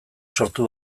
sortu